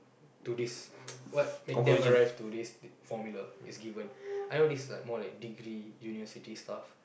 to this what make them arrive to this f~ formula it's given I know this is like more like degree university stuff